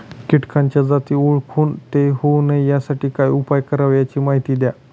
किटकाच्या जाती ओळखून ते होऊ नये यासाठी काय उपाय करावे याची माहिती द्या